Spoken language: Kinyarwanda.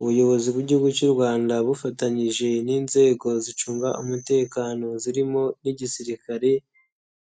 Ubuyobozi bw'igihugu cy'u rwanda bufatanyije n'inzego zicunga umutekano zirimo n'igisirikare,